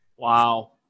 wow